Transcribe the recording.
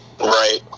Right